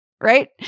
right